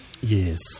Yes